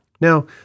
Now